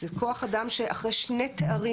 זה כוח אדם שמתחיל התמחות אחרי שני תארים,